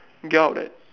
get out that